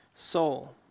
soul